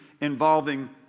involving